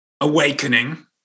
awakening